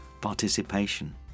participation